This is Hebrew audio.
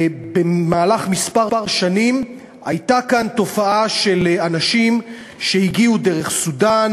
במהלך כמה שנים הייתה כאן תופעה של אנשים שהגיעו דרך סודאן,